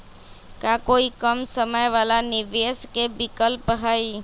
का कोई कम समय वाला निवेस के विकल्प हई?